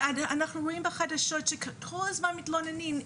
ואנחנו אומרים בחדשות שכל הזמן מתלוננים,